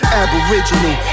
aboriginal